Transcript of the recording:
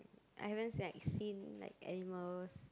I haven't like seen like animals